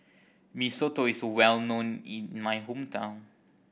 Mee Soto is well known in my hometown